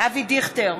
אבי דיכטר,